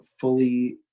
fully